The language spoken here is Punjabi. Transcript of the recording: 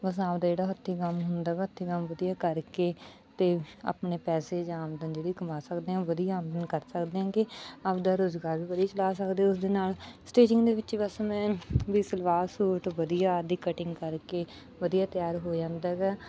ਬਸ ਆਪਦਾ ਜਿਹੜਾ ਹੱਥੀਂ ਕੰਮ ਹੁੰਦਾ ਗਾ ਹੱਥੀਂ ਕੰਮ ਵਧੀਆ ਕਰਕੇ ਅਤੇ ਆਪਣੇ ਪੈਸੇ ਜਾਂ ਆਮਦਨ ਜਿਹੜੀ ਕਮਾ ਸਕਦੇ ਹਾਂ ਵਧੀਆ ਆਮਦਨ ਕਰ ਸਕਦੇ ਹੈਗੇ ਆਪਦਾ ਰੁਜ਼ਗਾਰ ਵੀ ਵਧੀਆ ਚਲਾ ਸਕਦੇ ਉਸ ਦੇ ਨਾਲ ਸਟੀਚਿੰਗ ਦੇ ਵਿੱਚ ਬਸ ਮੈਂ ਵੀ ਸਲਵਾਰ ਸੂਟ ਵਧੀਆ ਆਪਦੀ ਕਟਿੰਗ ਕਰਕੇ ਵਧੀਆ ਤਿਆਰ ਹੋ ਜਾਂਦਾ ਗਾ